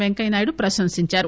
పెంకయ్యనాయుడు ప్రశంసించారు